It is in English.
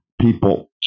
people